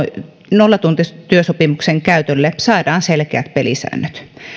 nollatuntityösopimuksen käytölle saadaan selkeät pelisäännöt